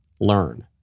learn